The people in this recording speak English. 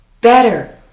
better